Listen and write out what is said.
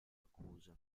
accuse